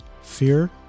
fear